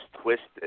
twisted